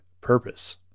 purpose